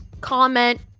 comment